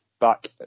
back